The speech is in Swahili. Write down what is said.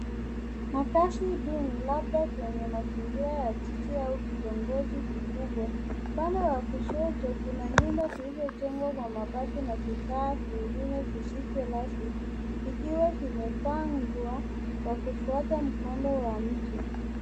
Makazi duni labda kwenye mazingira ya jiji au kitongoji kikubwa, upande wa kushoto kuna nyumba zilizojengwa kwa mabati na vufaa vingine visivyo rasmi vikiwa vimepangwa kwa kufuata mkondo wa mtu.